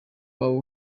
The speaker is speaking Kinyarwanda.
waba